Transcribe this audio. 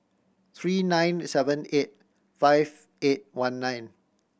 three nine seven eight five eight one nine